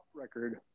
record